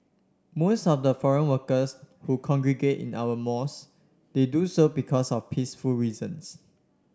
most of the foreign workers who congregate in our mosque they do so because of peaceful reasons